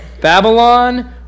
Babylon